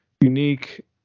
unique